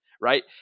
right